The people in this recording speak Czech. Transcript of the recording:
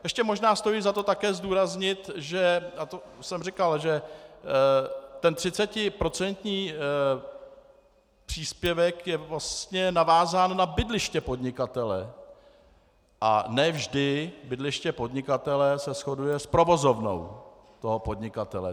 Ještě možná stojí za to také zdůraznit, a to jsem říkal, že 30procentní příspěvek je vlastně navázán na bydliště podnikatele a ne vždy bydliště podnikatele se shoduje s provozovnou toho podnikatele.